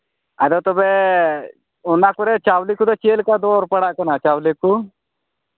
ᱟᱫᱚ ᱛᱚᱵᱮ ᱚᱱᱟ ᱠᱚᱨᱮ ᱪᱟᱣᱞᱮ ᱠᱚ ᱪᱮᱫ ᱞᱮᱠᱟ ᱫᱚᱨ ᱯᱟᱲᱟᱜ ᱠᱟᱱᱟ ᱪᱟᱣᱞᱮ ᱠᱚ